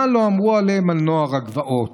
מה לא אמרו עליהם, על נוער הגבעות.